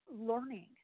learning